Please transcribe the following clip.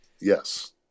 Yes